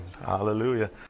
Hallelujah